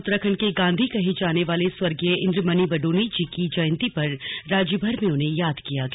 उत्तराखंड के गांधी कहे जाने वाले स्वर्गीय इंद्रमणि बडोनी जी की जयंती पर राज्यभर में उन्हें याद किया गया